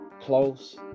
Close